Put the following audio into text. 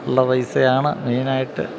ഉള്ള പൈസയാണ് മെയിനായിട്ട്